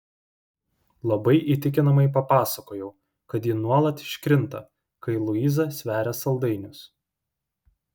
labai įtikinamai papasakojau kad ji nuolat iškrinta kai luiza sveria saldainius